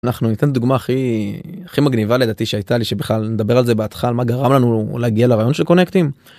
אנחנו ניתן דוגמה הכי.. הכי מגניבה לדעתי שהייתה לי, שבכלל נדבר על זה בהתחלה, מה גרם לנו להגיע לרעיון של קונקטים?